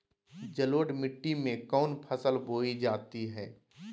जलोढ़ मिट्टी में कौन फसल बोई जाती हैं?